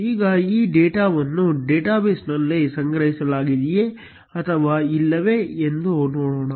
ಈಗ ಈ ಡೇಟಾವನ್ನು ಡೇಟಾಬೇಸ್ನಲ್ಲಿ ಸಂಗ್ರಹಿಸಲಾಗಿದೆಯೇ ಅಥವಾ ಇಲ್ಲವೇ ಎಂದು ನೋಡೋಣ